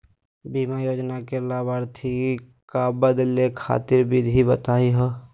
बीमा योजना के लाभार्थी क बदले खातिर विधि बताही हो?